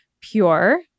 pure